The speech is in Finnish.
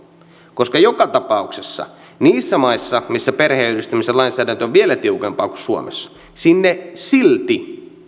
koska joka tapauksessa niihin maihin missä perheenyhdistämisen lainsäädäntö on vielä tiukempaa kuin suomessa silti